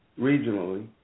regionally